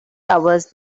covers